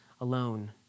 alone